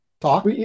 talk